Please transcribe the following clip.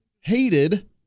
hated